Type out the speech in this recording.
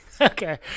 Okay